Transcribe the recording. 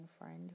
friend